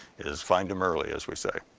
is find em early, as we say.